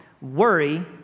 worry